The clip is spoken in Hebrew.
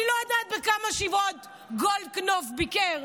אני לא יודעת בכמה שבעות גולדקנופ ביקר,